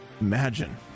imagine